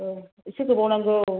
औ इसे गोबाव नांगौ